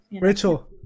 rachel